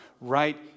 right